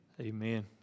Amen